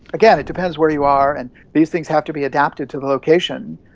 again, it depends where you are and these things have to be adapted to the location.